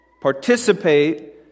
participate